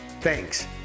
thanks